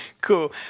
Cool